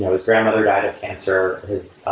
his grandmother died of cancer. his